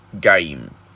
game